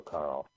Carl